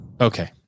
Okay